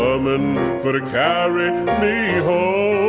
um and for to carry me home